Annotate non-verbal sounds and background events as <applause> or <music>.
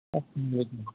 <unintelligible>